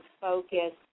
focus